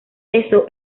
eso